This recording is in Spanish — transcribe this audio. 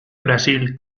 brasil